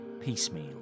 piecemeal